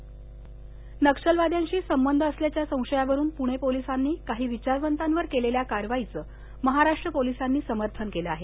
परावे police नक्षलवाद्यांशी संबंध असल्याच्या संशयावरून पुणे पोलिसांनी काही विचारवंतांवर केलेल्या कारवाईचं महाराष्ट्र पोलिसांनी समर्थन केलं आहे